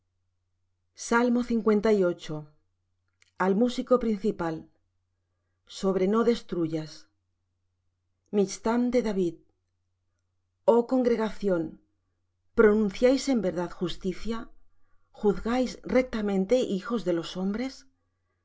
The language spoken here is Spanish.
al músico principal sobre no destruyas michtam de david oh congregación pronunciáis en verdad justicia juzgáis rectamente hijos de los hombres